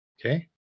okay